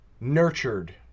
nurtured